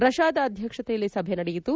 ರಷ್ಲಾದ ಅಧ್ಯಕ್ಷತೆಯಲ್ಲಿ ಸಭೆ ನಡೆಯಿತು